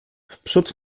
wprzód